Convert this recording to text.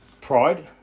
pride